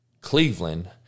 Cleveland